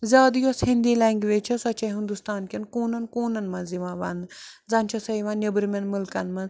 زیادٕ یۄس ہِندی لینٛگویج چھِ سۄ چھےٚ ہُِستان کٮ۪ن کوٗنن کوٗنَن منٛز یِوان وَنٛنہٕ زَن چھےٚ سۄ یِوان نبرِمٮ۪ن ملکَن منٛز